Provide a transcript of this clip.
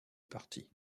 parti